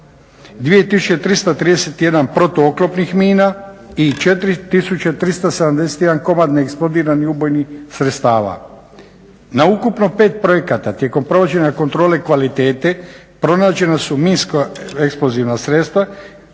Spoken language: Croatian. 2331 protuoklopnih mina i 4371 komadni neeksplodiranih ubojnih sredstava. Na ukupno 5 projekata tijekom provođenja kontrole kvalitete pronađena su minska eksplozivna sredstva